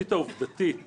התשתית העובדתית